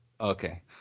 Okay